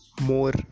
more